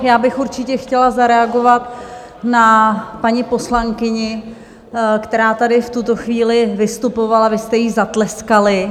Já bych určitě chtěla zareagovat na paní poslankyni, která tady v tuto chvíli vystupovala, vy jste jí zatleskali.